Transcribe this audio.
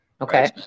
Okay